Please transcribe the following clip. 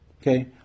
Okay